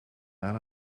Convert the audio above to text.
naar